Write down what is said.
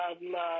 love